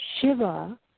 Shiva